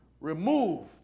remove